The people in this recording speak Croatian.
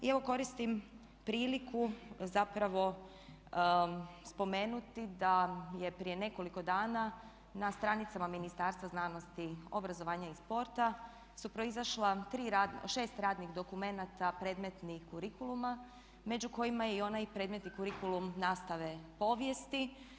I evo koristim priliku zapravo spomenuti da je prije nekoliko dana na stranicama Ministarstva znanosti, obrazovanja i sporta su proizašla tri, šest radnih dokumenata predmetnih kurikuluma među kojima je i onaj predmetni kurikulum nastave povijesti.